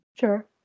Sure